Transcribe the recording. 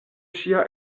ŝia